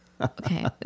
okay